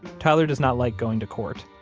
tyler does not like going to court.